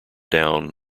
down